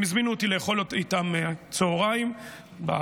הם הזמינו אותי לאכול איתם צוהריים בבסיס.